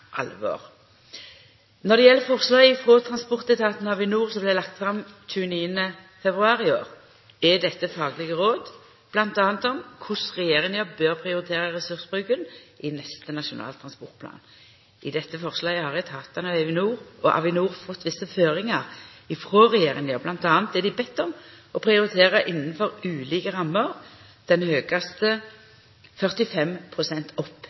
alvor. Når det gjeld forslaget frå transportetatane og Avinor, som vart lagt fram 29. februar i år, er dette faglege råd bl.a. om korleis regjeringa bør prioritera ressursbruken i neste Nasjonal transportplan. I dette forslaget har etatane og Avinor fått visse føringar frå regjeringa, bl.a. er dei bedne om å prioritera innanfor ulike rammer – den høgste 45 pst. opp